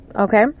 okay